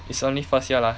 it's only first year lah